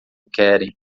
querem